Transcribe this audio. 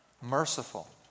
merciful